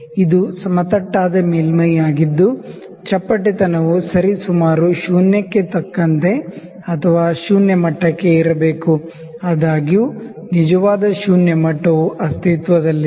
ಇದು ಸಮತಟ್ಟಾದ ಮೇಲ್ಮೈಯಾಗಿದ್ದು ಚಪ್ಪಟೆತನವು ಸರಿಸುಮಾರು ಶೂನ್ಯಕ್ಕೆ ತಕ್ಕಂತೆ ಅಥವಾ ಶೂನ್ಯ ಮಟ್ಟಕ್ಕೆ ಇರಬೇಕು ಆದಾಗ್ಯೂ ನಿಜವಾದ ಶೂನ್ಯ ಮಟ್ಟವು ಅಸ್ತಿತ್ವದಲ್ಲಿಲ್ಲ